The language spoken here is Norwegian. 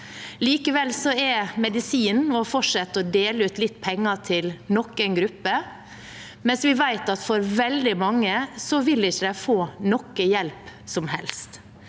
Likevel er medisinen å fortsette å dele ut litt penger til noen grupper, mens vi vet at veldig mange ikke vil få noen som helst